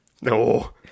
No